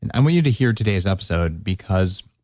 and and want you to hear today's episode because